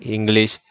English